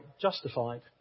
justified